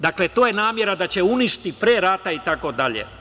Dakle, to je namera, da će uništiti pre rata, itd.